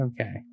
Okay